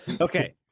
Okay